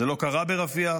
זה לא קרה ברפיח,